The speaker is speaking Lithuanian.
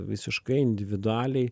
visiškai individualiai